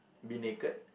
be naked